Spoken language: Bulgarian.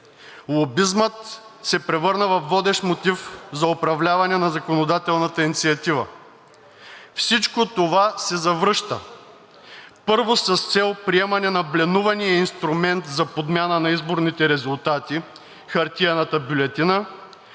Лобизмът се превърна във водещ мотив за управляване на законодателната инициатива. Всичко това се завръща. Първо, с цел приемане на бленувания инструмент за подмяна на изборните резултати – хартиената бюлетина,